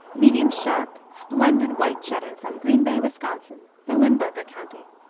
medium-sharp, splendid white cheddar from green bay, wisconsin, the limburger county.